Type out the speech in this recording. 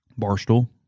Barstool